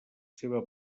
seva